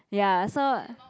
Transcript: ya so